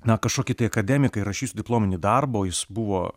na kažkokį tai akademiką ir rašysiu diplominį darbą o jis buvo